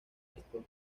esto